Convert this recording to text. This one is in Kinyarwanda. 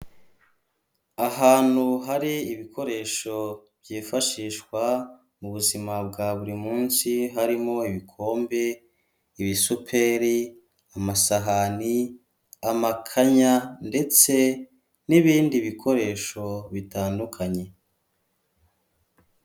Ahantu hari ibikoresho byifashishwa mu buzima bwa buri munsi harimo: Ibikombe, ibisuperi, amasahani, amakanya ndetse n'ibindi bikoresho bitandukanye.